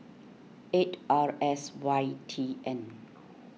eight R S Y T N